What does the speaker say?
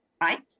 right